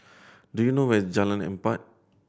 do you know where is Jalan Empat